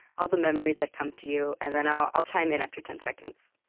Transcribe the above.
all the memories that come to you. and then i'll i'll chime in after ten seconds